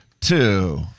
two